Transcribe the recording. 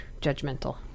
judgmental